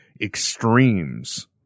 extremes